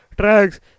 tracks